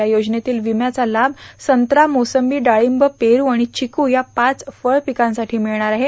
या योजनेतील विम्याचा लाभ संत्रा मोसंबी डाळींब पेरू आणि चिकू या पाच फळपिकांसाठी मिळणार आहे